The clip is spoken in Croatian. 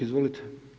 Izvolite.